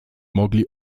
mogli